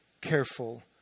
careful